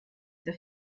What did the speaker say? der